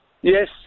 Yes